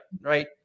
right